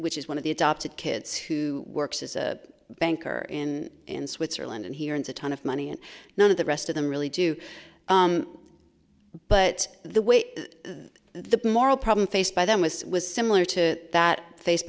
which is one of the adopted kids who works as a banker in switzerland and he earns a ton of money and none of the rest of them really do but the way the moral problem faced by them was was similar to that face